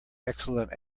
excellent